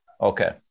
okay